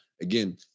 again